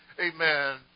Amen